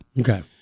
Okay